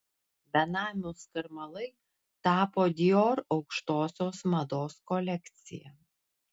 benamių skarmalai tapo dior aukštosios mados kolekcija